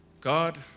God